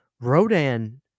Rodan